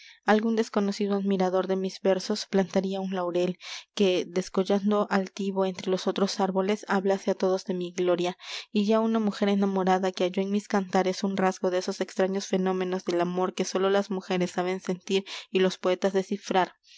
algún desconocido admirador de mis versos plantaría un laurel que descollando altivo entre los otros árboles hablase á todos de mi gloria y ya una mujer enamorada que halló en mis cantares un rasgo de esos extraños fenómenos del amor que sólo las mujeres saben sentir y los poetas descifrar